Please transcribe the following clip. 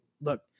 look